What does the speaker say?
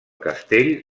castell